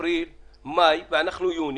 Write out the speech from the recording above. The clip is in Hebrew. אפריל, מאי, ואנחנו ביוני,